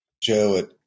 Joe